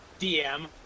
DM